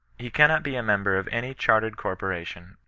he cannot be a member of any chajrtered corpora tion,